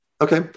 Okay